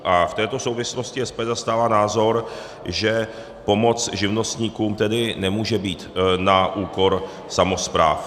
A v této souvislosti SPD zastává názor, že pomoc živnostníkům nemůže být na úkor samospráv.